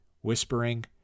whispering